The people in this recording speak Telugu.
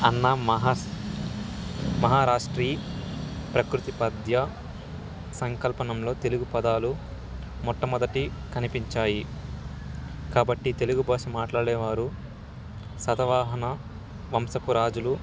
అన్న మహా మహారాష్ట్రీ ప్రాకృత పద్య సంకలనంలో తెలుగు పదాలు మొట్టమొదటి కనిపించాయి కాబట్టి తెలుగు భాష మాట్లాడేవారు సాతవాహన వంశపు రాజులు